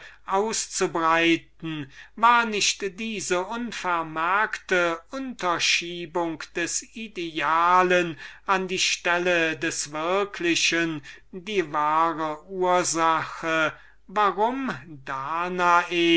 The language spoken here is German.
auszubreiten war nicht diese unvermerkte unterschiebung des idealen an die stelle des würklichen die wahre ursache warum danae